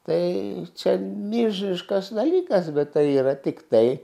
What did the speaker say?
tai čia milžiniškas dalykas bet tai yra tiktai